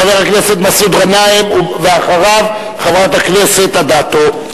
חבר הכנסת מסעוד גנאים, ואחריו, חברת הכנסת אדטו.